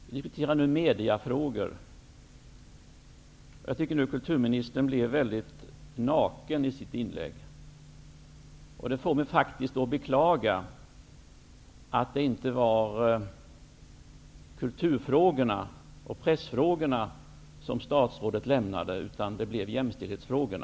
Herr talman! Vi diskuterar nu mediafrågor, och jag tycker att kulturminister Birgit Friggebo blev väldigt naken i sitt inlägg. Det får mig faktiskt att beklaga att det inte var kulturfrågorna och pressfrågorna som statsrådet lämnade utan att det blev jämställdhetsfrågorna.